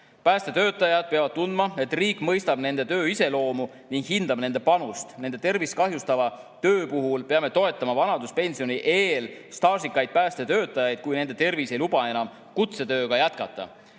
Päästetöötajad peavad tundma, et riik mõistab nende töö iseloomu ning hindab nende panust. Nende tervist kahjustava töö tõttu peame toetama vanaduspensioni eel staažikaid päästetöötajaid, kui nende tervis ei luba enam kutsetööga jätkata.